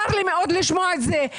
צר לי מאוד לשמוע את זה.